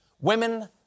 Women